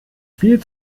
viel